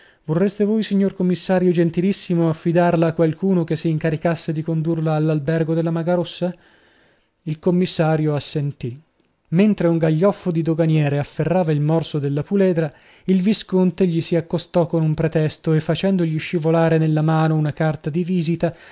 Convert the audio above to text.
vorreste voi signor commissario gentilissimo affidarla a qualcuno che si incaricasse di condurla all'albergo della maga rossa il commissario assentì mentre un gaglioffo di doganiere afferrava il morso della puledra il visconte gli si accostò con un pretesto e facendogli scivolare nella mano una carta di visita